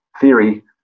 theory